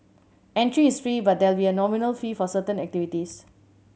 entry is free but there will be a nominal fee for certain activities